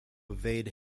evade